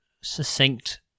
succinct